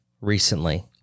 recently